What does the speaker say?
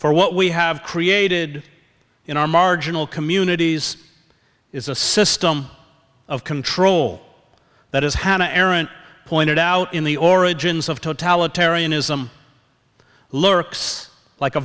for what we have created in our marginal communities is a system of control that as hannah arendt pointed out in the origins of totalitarianism lurks like a